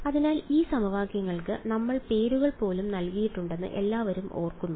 അതിനാൽ ഈ സമവാക്യങ്ങൾക്ക് നമ്മൾ പേരുകൾ പോലും നൽകിയിട്ടുണ്ടെന്ന് എല്ലാവരും ഓർക്കുന്നു